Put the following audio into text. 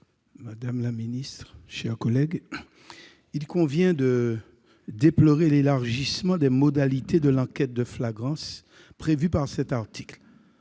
madame la ministre, mes chers collègues, il convient de déplorer l'élargissement des modalités de l'enquête de flagrance prévu par le présent article.